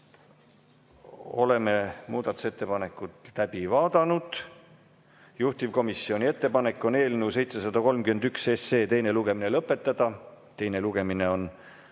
Oleme muudatusettepanekud läbi vaadanud. Juhtivkomisjoni ettepanek on eelnõu 731 teine lugemine lõpetada. Teine lugemine on